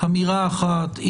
שאמירה אחת,